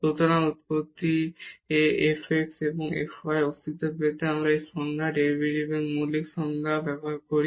সুতরাং উৎপত্তি এ f x এবং f y এর অস্তিত্ব পেতে আমরা এই সংজ্ঞা ডেরিভেটিভের মৌলিক সংজ্ঞা ব্যবহার করি